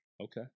Okay